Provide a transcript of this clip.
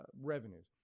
revenues